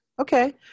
Okay